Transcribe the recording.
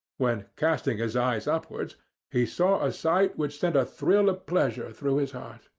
when casting his eyes upwards he saw a sight which sent a thrill of pleasure through his heart.